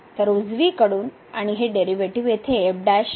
तर उजवीकडून आणि हे डेरीवेटीव येथे f g आहे